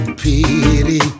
pity